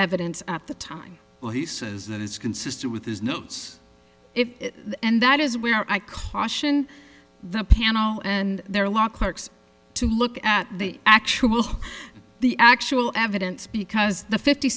evidence at the time well he says that is consistent with his notes and that is where i caution the panel and their law clerks to look at the actual the actual evidence because the fifty